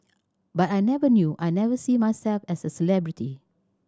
but I never knew I never see myself as a celebrity